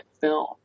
film